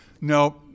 No